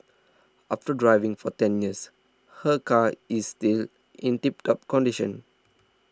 after driving for ten years her car is still in tip top condition